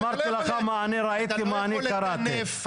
אתה לא יכול לטנף.